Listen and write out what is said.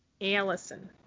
Allison